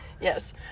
Yes